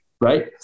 right